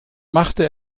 machte